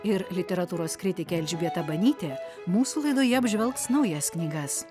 ir literatūros kritikė elžbieta banytė mūsų laidoje apžvelgs naujas knygas